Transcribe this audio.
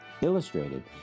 illustrated